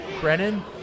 Brennan